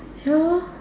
ya lor